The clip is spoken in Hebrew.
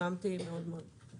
התרשמתי מאוד מאוד לחיוב.